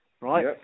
Right